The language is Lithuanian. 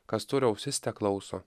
kas turi ausis teklauso